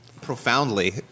profoundly